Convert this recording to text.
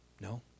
No